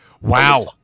Wow